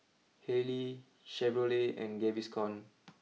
Haylee Chevrolet and Gaviscon